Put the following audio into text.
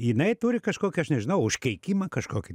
jinai turi kažkokį aš nežinau užkeikimą kažkokį